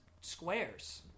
squares